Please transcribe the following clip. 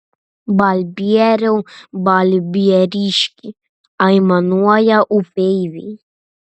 balbieriau balbieriški aimanuoja upeiviai